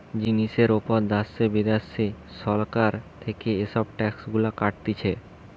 জিনিসের উপর দ্যাশে বিদ্যাশে সরকার থেকে এসব ট্যাক্স গুলা কাটতিছে